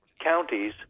counties